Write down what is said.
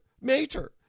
mater